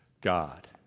God